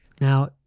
Now